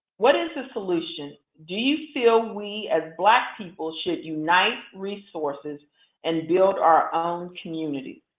what is the solution? do you feel we as black people should unite resources and build our own communities